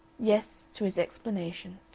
yes, to his explanation,